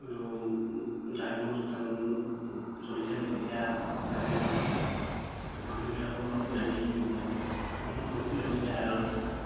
আৰু লাইভ অনুষ্ঠান চলি থাকে তেতিয়া মানে মানুহবিলাকো অলপ হেৰি গহীন গম্ভীৰ হৈ যায় আৰু